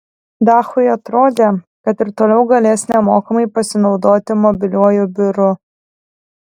dachui atrodė kad ir toliau galės nemokamai pasinaudoti mobiliuoju biuru